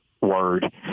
Word